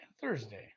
Thursday